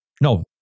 No